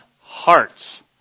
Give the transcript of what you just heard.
hearts